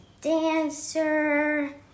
dancer